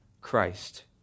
Christ